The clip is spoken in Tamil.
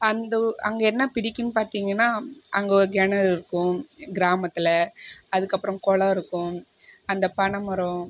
அந்தவு அங்கே என்ன பிடிக்கும்னு பார்த்திங்கன்னா அங்கே ஒரு கிணறு இருக்கும் கிராமத்தில் அதற்கப்பறம் குளம் இருக்கும் அந்த பனைமரம்